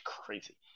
crazy